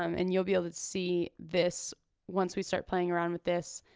um and you'll be able to see this once we start playing around with this,